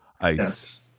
Ice